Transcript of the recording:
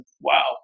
wow